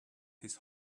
his